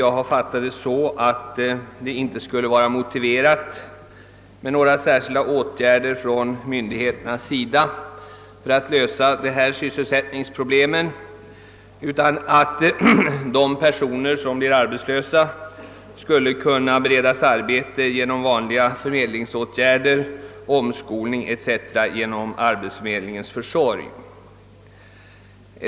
Jag har fattat detta så, att det inte skulle vara motiverat med några särskilda åtgärder från myndigheternas sida för att lösa dessa sysselsättningsproblem, utan att de personer som blir arbetslösa skulle kunna beredas anställning genom vanliga förmedlingsåtgärder, omskolning etc. genom arbetsförmedlingens försorg.